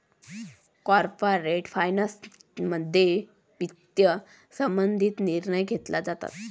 corporate फायनान्समध्ये वित्त संबंधित निर्णय घेतले जातात